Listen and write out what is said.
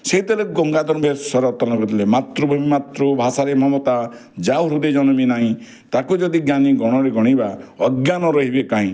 ସେଇଥିରେ ଗଙ୍ଗାଧର ମେହେର ସରତ ମାତୃଭୂମି ମାତୃଭାଷାରେ ମମତା ଯା ହୃଦେ ଜନମି ନାହିଁ ତାକୁ ଯଦି ଜ୍ଞାନୀ ଗଣରେ ଗଣିବା ଅଜ୍ଞାନ ରହିବେ କାହିଁ